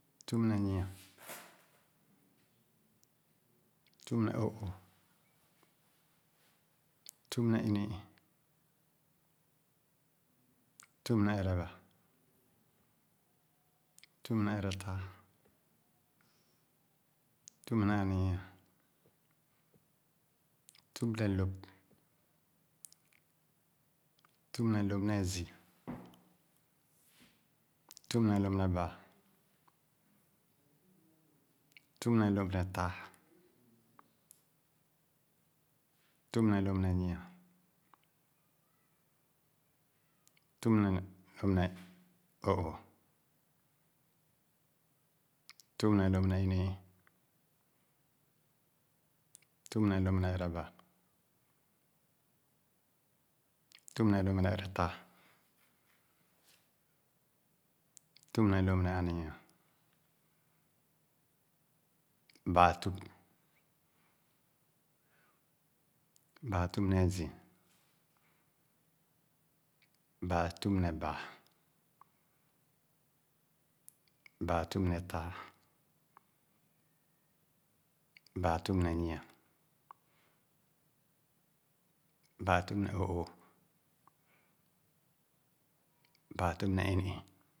Tüp ne nyi-a, tüp ne o'ooh, tüp ne ini-ii, tüp ne ereba, tüp ne eretaa, tüp ne aninyia, tüp ne lõp. Tüp ne lõp ne azii, tüp ne lõp ne baa, tüp ne lõp ne taa, tüp ne lõp ne nyi-a, tüp ne lõp ne o'ooh, tüp ne lõp ne ini-ii, tüp ne lõp ne ereba, tüp ne lõp ne eretaa, tüp ne lõp ne aninyia, baa tüp. Baa tüp ne azii, baa tüp ne baa, baa tüp ne taa, baa tüp ne nyi-a, baa tüp ne o'ooh, baa tüp ne ini-ii